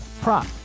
prop